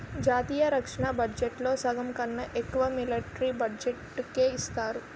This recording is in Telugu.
జాతీయ రక్షణ బడ్జెట్లో సగంకన్నా ఎక్కువ మిలట్రీ బడ్జెట్టుకే ఇస్తారు